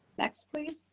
next please.